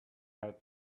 had